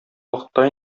вакытта